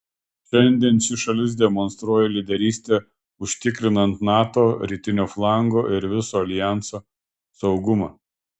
šiandien ši šalis demonstruoja lyderystę užtikrinant nato rytinio flango ir viso aljanso saugumą